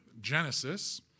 Genesis